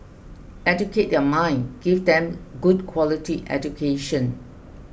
educate their mind give them good quality education